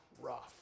rough